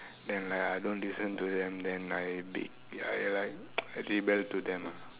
then like I don't listen to them then I b~ ya I rebel to them lah